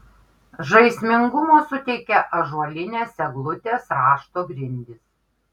žaismingumo suteikia ąžuolinės eglutės rašto grindys